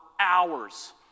hours